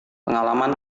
pengalaman